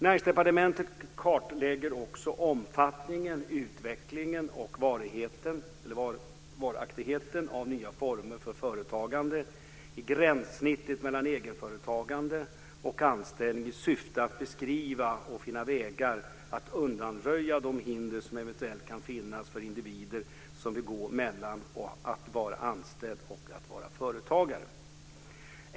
Näringsdepartementet kartlägger också omfattningen, utvecklingen och varaktigheten av nya former för företagande i gränssnittet mellan egenföretagande och anställning i syfte att beskriva och finna vägar att undanröja de hinder som eventuellt kan finnas för individer som vill gå mellan att vara anställd och att vara företagare.